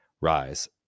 Rise